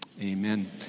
amen